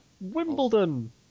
Wimbledon